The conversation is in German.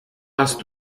hast